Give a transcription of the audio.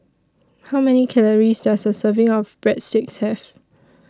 How Many Calories Does A Serving of Breadsticks Have